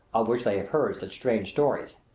of which they have heard such strange stories.